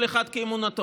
כל אחד כאמונתו,